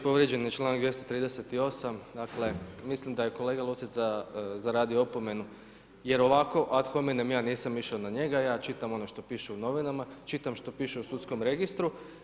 Povrijeđen je članak 238., dakle mislim da je kolega Lucić zaradio opomenu jer ovako ad hominem ja nisam išao na njega, ja čitam ono šta piše u novinama, čitam šta piše u sudskom registru.